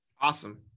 Awesome